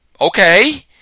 Okay